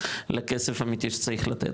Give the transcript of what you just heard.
לכסף אמיתי שצריך לתת,